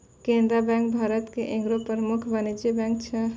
Canara bank भारत के एगो प्रमुख वाणिज्यिक बैंक छै